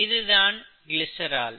இதுதான் கிளிசரால்